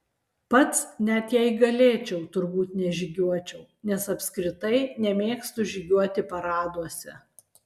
pats net jei galėčiau turbūt nežygiuočiau nes apskritai nemėgstu žygiuoti paraduose